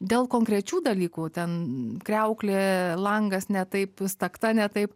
dėl konkrečių dalykų ten kriauklė langas ne taip stakta ne taip